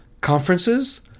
Conferences